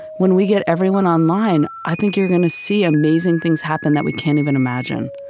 when we get everyone online, i think you're going to see amazing things happen that we can't even imagine